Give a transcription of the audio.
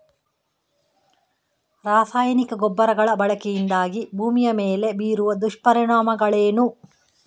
ರಾಸಾಯನಿಕ ಗೊಬ್ಬರಗಳ ಬಳಕೆಯಿಂದಾಗಿ ಭೂಮಿಯ ಮೇಲೆ ಬೀರುವ ದುಷ್ಪರಿಣಾಮಗಳೇನು?